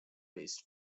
based